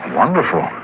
wonderful